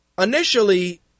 initially